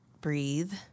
breathe